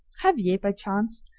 have ye, by chance,